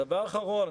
הדבר האחרון.